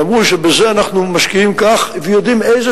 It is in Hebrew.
ואמרו: בזה אנחנו משקיעים כך ויודעים איזה